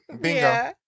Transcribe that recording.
Bingo